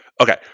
okay